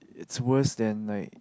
it's worse than like